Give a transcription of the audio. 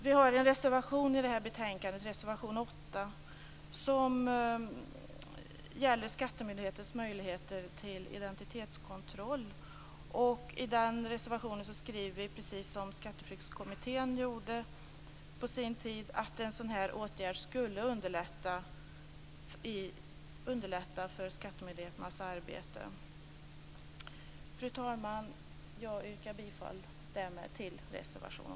Vi har en reservation till det här betänkandet, reservation 8, som gäller skattemyndighetens möjligheter till identitetskontroll. I den reservationen skriver vi, precis som Skatteflyktskommittén gjorde på sin tid, att en sådan åtgärd skulle underlätta skattemyndighetens arbete. Fru talman! Jag yrkar därmed bifall till reservation